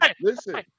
Listen